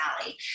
Sally